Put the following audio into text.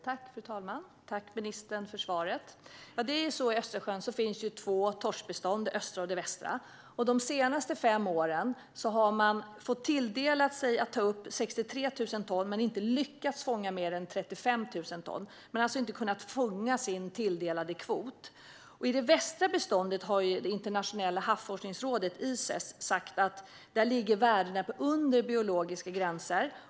Fru talman! Tack, ministern, för svaret! I Östersjön finns två torskbestånd, det östra och det västra. De senaste fem åren har man fått tilldelat sig att ta upp 63 000 ton men inte lyckats fånga mer än 35 000 ton. Man har alltså inte kunnat fånga sin tilldelade kvot. Om det västra beståndet har det internationella havsforskningsrådet Ices sagt att värdena ligger under biologiska gränser.